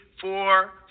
four